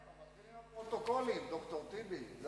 זה "הפרוטוקולים", ד"ר טיבי.